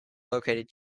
located